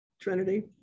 Trinity